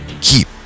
keep